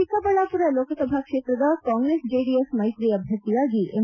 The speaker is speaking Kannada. ಚಿಕ್ಕಬಳ್ಳಾಪುರ ಲೋಕಸಭಾ ಕ್ಷೇತ್ರದ ಕಾಂಗ್ರೆಸ್ ಜೆಡಿಎಸ್ ಮೈತ್ರಿ ಅಭ್ಯರ್ಥಿಯಾಗಿ ಎಂ